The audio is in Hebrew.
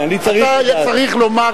כן, אני צריך לדעת.